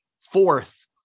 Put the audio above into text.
fourth